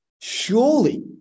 surely